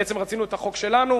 בעצם רצינו את החוק שלנו,